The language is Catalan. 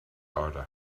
hora